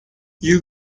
you